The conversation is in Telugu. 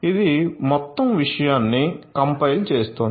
ఇది మొత్తం విషయాన్ని కంపైల్ చేస్తోంది